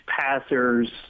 passers